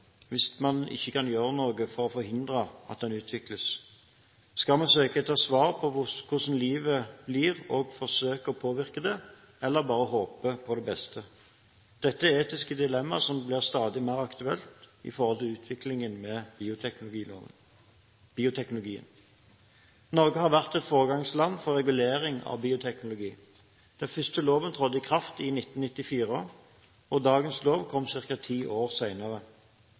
hvis man ikke kan gjøre noe for å forhindre at den utvikles? Skal vi søke etter svar på hvordan livet blir, og forsøke å påvirke det, eller bare håpe på det beste? Dette er etiske dilemma som blir stadig mer aktuelle når det gjelder utviklingen av bioteknologien. Norge har vært et foregangsland for regulering av bioteknologi. Den første loven trådte i kraft i 1994, og dagens lov kom ca. ti år